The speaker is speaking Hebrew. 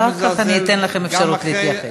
אחר כך אתן לכם אפשרות להתייחס.